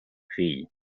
fill